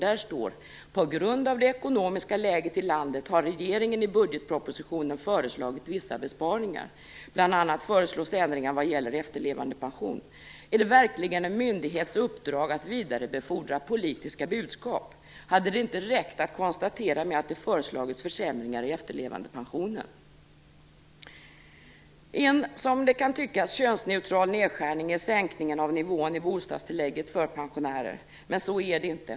Där står: "På grund av det ekonomiska läget i landet har regeringen i budgetpropositionen föreslagit vissa besparingar. Bland annat föreslås ändringar vad gäller efterlevandepension." Är det verkligen en myndighets uppdrag att vidarebefordra politiska budskap? Hade det inte räckt med att konstatera att det föreslagits försämringar i efterlevandepension? En som det kan tyckas könsneutral nedskärning är sänkningen av nivån i bostadstillägget för pensionärer. Men så är det inte.